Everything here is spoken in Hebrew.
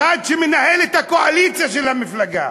אחד שמנהל את הקואליציה של הממשלה,